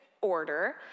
order